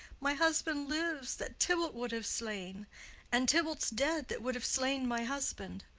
my husband lives, that tybalt would have slain and tybalt's dead, that would have slain my husband.